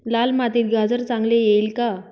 लाल मातीत गाजर चांगले येईल का?